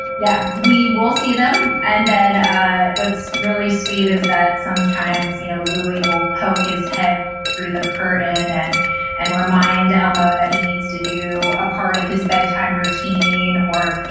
yeah. we will see them. and then what's really sweet is that sometimes, you know, louis will poke his head through the curtain and and remind elmo that he needs to do a part of his bedtime routine or, you